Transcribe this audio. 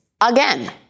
again